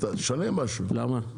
למה?